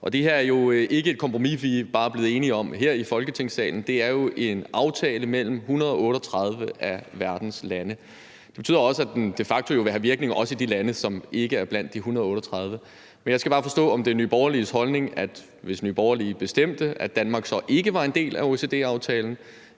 og det her er jo ikke et kompromis, vi bare er blevet enige om her i Folketingssalen. Det er en aftale mellem 138 af verdens lande. Det betyder også, at den de facto også vil have virkning i de lande, som ikke er blandt de 138. Men jeg skal bare forstå, om det er Nye Borgerliges holdning, at Danmark, hvis Nye Borgerlige bestemte, så ikke var en del af OECD-aftalen,